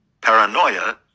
Paranoia